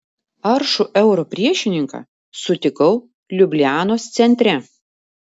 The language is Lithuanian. aršų euro priešininką sutikau liublianos centre